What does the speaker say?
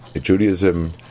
Judaism